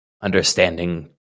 understanding